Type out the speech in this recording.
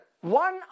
One